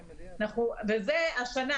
השנה,